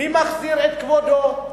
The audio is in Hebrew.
מי מחזיר את כבודו?